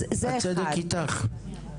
את צודקת, הצדק איתך.